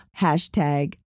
hashtag